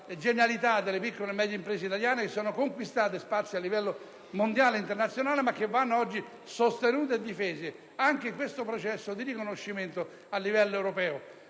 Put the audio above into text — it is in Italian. nazionale e delle piccole e medie imprese italiane, che si sono conquistate spazi a livello mondiale ed internazionale e che vanno oggi sostenute e difese nel processo di riconoscimento a livello europeo.